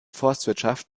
forstwirtschaft